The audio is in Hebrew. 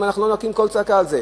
אם אנחנו לא נקים קול צעקה על זה,